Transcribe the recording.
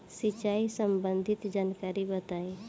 सिंचाई संबंधित जानकारी बताई?